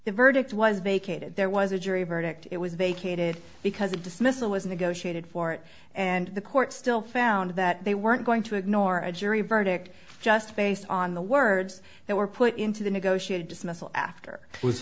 the verdict was vacated there was a jury verdict it was vacated because a dismissal was negotiated for it and the court still found that they weren't going to ignore a jury verdict just based on the words that were put into the negotiated dismissal after w